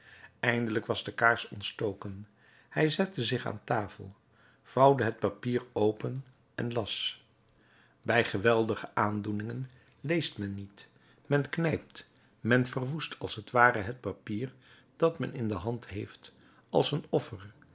eindelijk was de kaars ontstoken hij zette zich aan de tafel vouwde het papier open en las bij geweldige aandoeningen leest men niet men knijpt men verwoest als t ware het papier dat men in de hand heeft als een offer